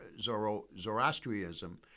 Zoroastrianism